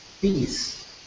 peace